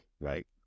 Right